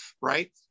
Right